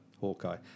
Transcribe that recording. hawkeye